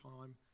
time